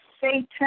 Satan